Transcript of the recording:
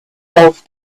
golf